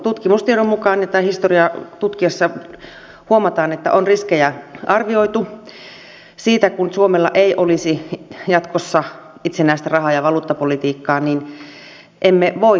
tutkimustiedon mukaan ja tätä historiaa tutkiessa huomataan että riskejä on arvioitu siitä jos suomella ei olisi jatkossa itsenäistä raha ja valuuttapolitiikkaa